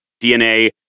DNA